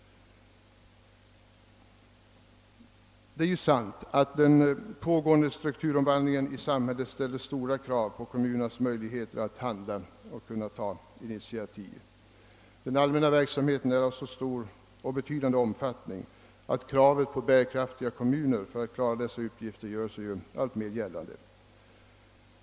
Det är sant att den pågående strukturomvandlingen i samhället ställer stora krav på kommunernas möjligheter att handla och att ta initiativ. Den allmänna verksamheten är av så betydande omfattning att kraven på bärkraftigare kommuner gör sig alltmer gällande.